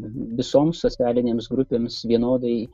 visoms socialinėms grupėms vienodai